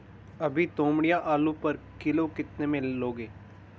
अभी तोमड़िया आलू पर किलो कितने में लोगे?